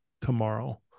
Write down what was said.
tomorrow